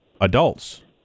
adults